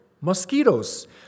mosquitoes